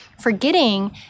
forgetting